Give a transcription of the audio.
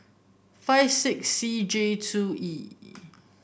five six C J two E